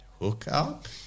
hook-up